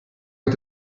mit